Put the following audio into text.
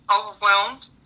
Overwhelmed